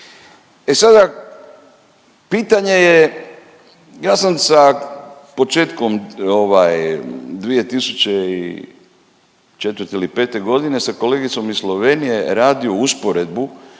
E sada pitanje je, ja sam sa početkom ovaj 2004. ili 2005. godine sa kolegicom iz Slovenije radio usporedbu